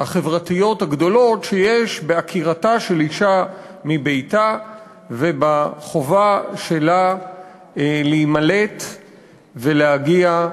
החברתיות הגדולות שיש בעקירתה של אישה מביתה ובחובה שלה להימלט ולהגיע,